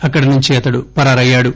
అక్కడ నుంచి అతడు పరారయ్యాడు